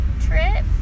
trip